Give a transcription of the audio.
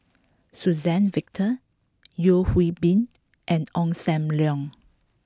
Suzann Victor Yeo Hwee Bin and Ong Sam Leong